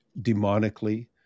demonically